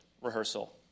rehearsal